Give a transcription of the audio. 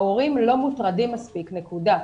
ההורים לא מוטרדים מספיק, נקודה.